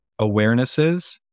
awarenesses